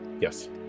Yes